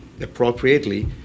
appropriately